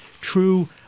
true